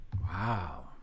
Wow